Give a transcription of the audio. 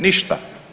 Ništa.